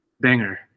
banger